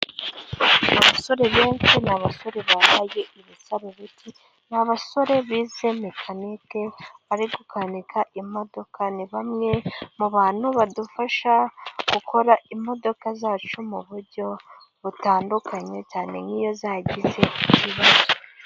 Abasore benshi; n' abasore bambaye ibisaro by' ibiti, n' abasore bize mekanike; bari gukanika imodoka, ni bamwe mu bantu badufasha, gukora imodoka zacu mu buryo butandukanye, cyane nk' iyo zagize ibibazo.